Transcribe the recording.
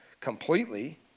completely